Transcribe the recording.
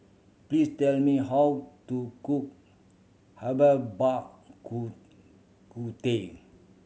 please tell me how to cook herbal bak ku ku teh